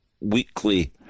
weekly